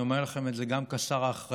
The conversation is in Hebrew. אני אומר לכם את זה גם כשר האחראי,